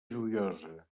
joiosa